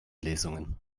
lesungen